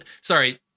sorry